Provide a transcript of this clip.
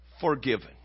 forgiven